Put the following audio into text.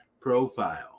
profile